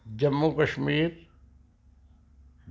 Jammu Kashmir